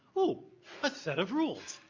oh, a set of rules.